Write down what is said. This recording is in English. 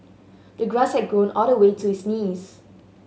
the grass had grown all the way to his knees